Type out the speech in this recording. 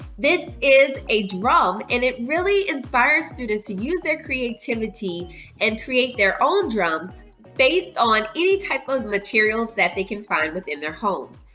this is a drum and it really inspires students to use their creativity and create their own drum based on any type of materials that they can find within their home.